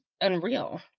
unreal